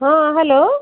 ହଁ ହ୍ୟାଲୋ